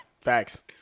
Facts